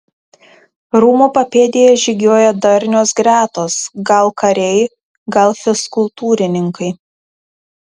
rūmų papėdėje žygiuoja darnios gretos gal kariai gal fizkultūrininkai